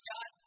God